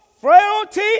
frailty